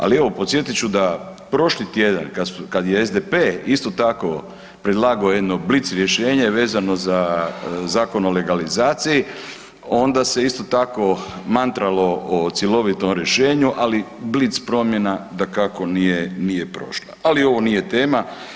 Ali evo podsjetit ću da prošli tjedan kad je SDP isto tako predlagao jedno blic rješenje vezano za Zakon o legalizaciji, onda se isto tako mantralo o cjelovitom rješenju, ali blic promjena dakako nije prošla, ali ovo nije tema.